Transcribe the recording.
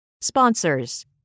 Sponsors